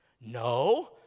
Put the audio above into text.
No